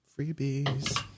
Freebies